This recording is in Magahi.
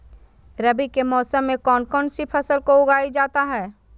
रवि के मौसम में कौन कौन सी फसल को उगाई जाता है?